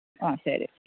ആ ശരി